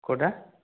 କେଉଁଟା